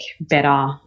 better